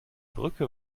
brücke